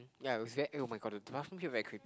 ya it was very ya oh-my-god the bathroom here very creep